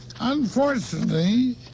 Unfortunately